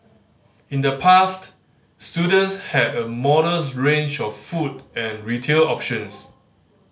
in the past students had a modest range of food and retail options